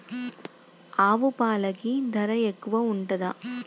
ఆవు పాలకి ధర ఎక్కువే ఉంటదా?